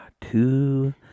Two